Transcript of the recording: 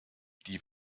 die